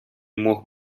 мог